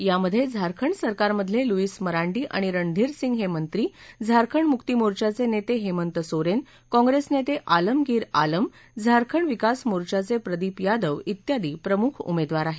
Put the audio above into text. त्यात झारखंड सरकारमधले लूईस मरांडी आणि रणधीर सिंग हे मंत्री झारखंड मुक्ती मोर्चाचे नेते हेमंत सोरेन कथ्रिस नेते आलमगिर आलम झारखंड विकास मोर्चाचे प्रदीप यादव तियादी प्रमुख उमेदवार आहेत